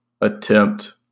attempt